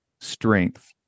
strength